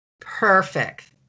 Perfect